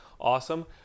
awesome